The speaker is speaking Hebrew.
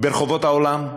ברחובות העולם?